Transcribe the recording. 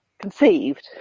conceived